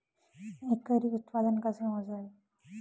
एकरी उत्पादन कसे मोजावे?